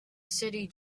city